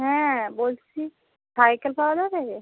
হ্যাঁ বলছি সাইকেল পাওয়া যাবে